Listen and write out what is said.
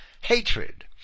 hatred